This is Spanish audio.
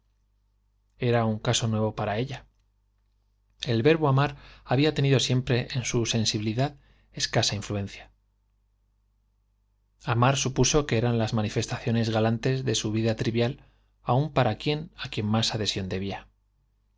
era un caso nuevo para ella el verbo amar había tenido siempre en su sensibi lidad escasa influencia amar supuso eran las manifestaciones que de vida galantes su trivial aun para aquel á quien más adhe sión debía